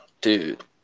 Dude